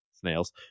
snails